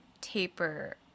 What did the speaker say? taper